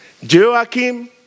Joachim